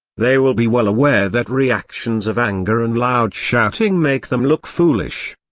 they will be well aware that reactions of anger and loud shouting make them look foolish.